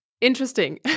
interesting